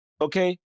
okay